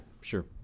Sure